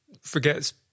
forgets